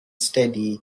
steady